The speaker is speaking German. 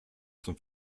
zum